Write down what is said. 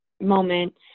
moment